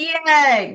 Yay